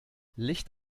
licht